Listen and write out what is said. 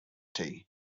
tea